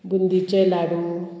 गुंदीचे लाडू